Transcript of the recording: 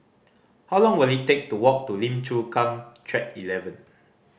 how long will it take to walk to Lim Chu Kang Track Eleven